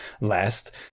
last